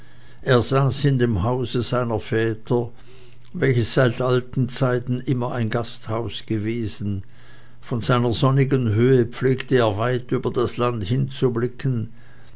er saß in dem hause seiner väter welches seit alten zeiten immer ein gasthaus gewesen von seiner sonnigen höhe pflegte er weit über das land hinzublicken